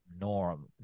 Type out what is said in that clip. norm